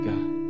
God